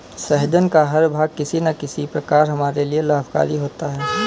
सहजन का हर भाग किसी न किसी प्रकार हमारे लिए लाभकारी होता है